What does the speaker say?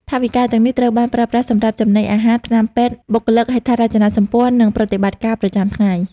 ថវិកាទាំងនេះត្រូវបានប្រើប្រាស់សម្រាប់ចំណីអាហារ ថ្នាំពេទ្យ បុគ្គលិក ហេដ្ឋារចនាសម្ព័ន្ធ និងប្រតិបត្តិការប្រចាំថ្ងៃ។